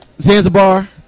Zanzibar